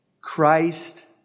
Christ